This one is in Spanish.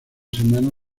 semana